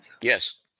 Yes